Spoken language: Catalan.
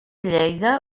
lleida